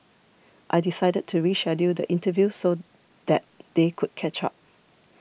I decided to reschedule the interview so that they could catch up